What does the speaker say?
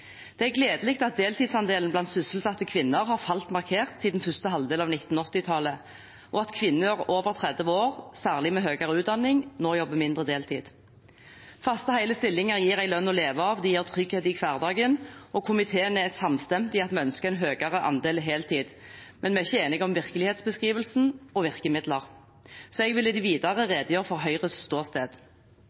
Det er gledelig at deltidsandelen blant sysselsatte kvinner har falt markert siden første halvdel av 1980-tallet, og at kvinner over 30 år, særlig med høyere utdanning, nå jobber mindre deltid. Faste, hele stillinger gir en lønn å leve av og trygghet i hverdagen. Komiteen er samstemt i at vi ønsker en høyere andel heltid, men vi er ikke enige om virkelighetsbeskrivelsen og virkemidler. Jeg vil i det videre redegjøre for Høyres ståsted.